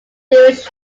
jewish